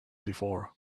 before